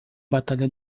batalha